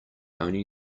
only